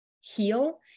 heal